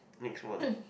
next one